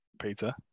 peter